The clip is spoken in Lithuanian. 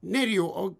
nerijų o